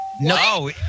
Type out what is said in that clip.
no